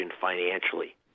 financially